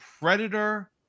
Predator